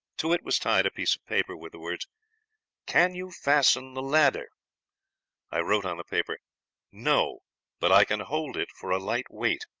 to it was tied a piece of paper with the words can you fasten the ladder i wrote on the paper no but i can hold it for a light weight